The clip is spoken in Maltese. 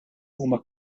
huma